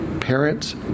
parents